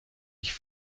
ich